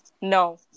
No